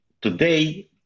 today